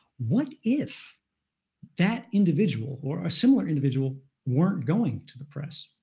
what if that individual, or similar individual, weren't going to the press?